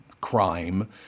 crime—